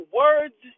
words